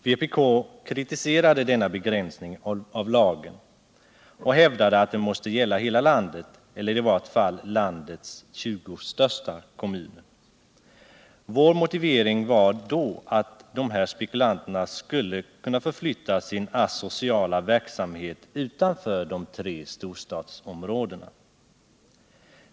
: Vpk kritiserade denna begränsning av lagen och hävdade att den måste gälla hela landet eller i varje fall landets 20 största kommuner. Vår motivering var då att de här spekulanterna skulle kunna förflytta sin asociala verksamhet utanför de tre storstadsområdena.